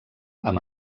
amb